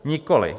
Nikoli.